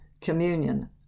communion